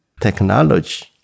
technology